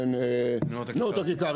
נאות הכיכר,